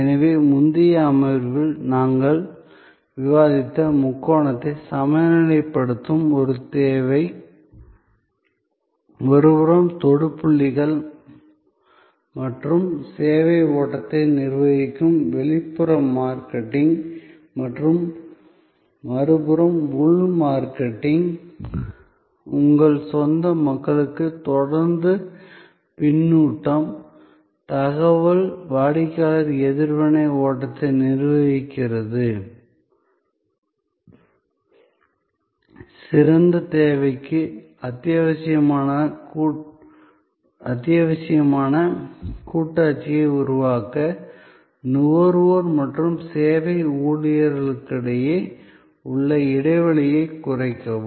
எனவே முந்தைய அமர்வில் நாங்கள் விவாதித்த முக்கோணத்தை சமநிலைப்படுத்தும் இந்த தேவை ஒருபுறம் தொடு புள்ளிகள் மற்றும் சேவை ஓட்டத்தை நிர்வகிக்கும் வெளிப்புற மார்க்கெட்டிங் மற்றும் மறுபுறம் உள் மார்க்கெட்டிங் உங்கள் சொந்த மக்களுக்கு தொடர்ந்து பின்னூட்டம் தகவல் வாடிக்கையாளர் எதிர்வினையின் ஓட்டத்தை நிர்வகிக்கிறது சிறந்த சேவைக்கு அத்தியாவசியமான கூட்டாட்சியை உருவாக்க நுகர்வோர் மற்றும் சேவை ஊழியர்களிடையே உள்ள இடைவெளியைக் குறைக்கவும்